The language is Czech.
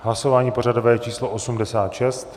Hlasování pořadové číslo 86.